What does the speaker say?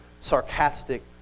sarcastic